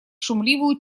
шумливую